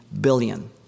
billion